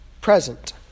present